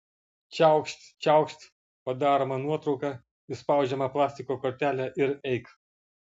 čiaukšt čiaukšt padaroma nuotrauka išspaudžiama plastiko kortelė ir eik